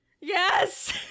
Yes